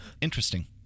interesting